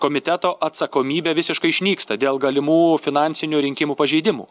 komiteto atsakomybė visiškai išnyksta dėl galimų finansinių rinkimų pažeidimų